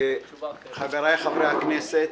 חבריי חברי הכנסת,